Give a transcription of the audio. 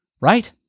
right